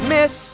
Miss